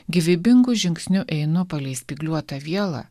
gyvybingu žingsniu einu palei spygliuotą vielą